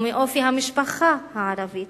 ומאופי המשפחה הערבית.